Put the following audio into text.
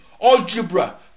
Algebra